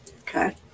Okay